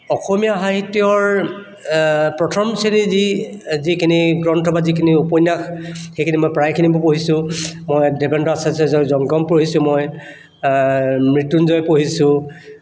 অসমীয়া সাহিত্যৰ প্ৰথম শ্ৰেণীৰ যি যিখিনি গ্ৰন্থ বা যিখিনি উপন্যাস সেইখিনি মই প্ৰায়খিনি পঢ়িছোঁ মই দেৱেন্দ্ৰ আচাৰ্য্যৰ জংগম পঢ়িছোঁ মই মৃত্যুঞ্জয় পঢ়িছোঁ